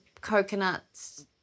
coconuts